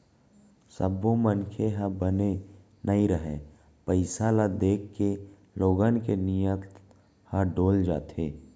सब्बो मनखे ह बने नइ रहय, पइसा ल देखके लोगन के नियत ह डोल जाथे